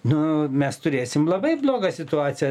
nu mes turėsim labai blogą situaciją